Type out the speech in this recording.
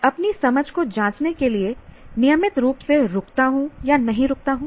मैं अपनी समझ को जाँचने के लिए नियमित रूप से रुकता हूं नहीं रुकता हूं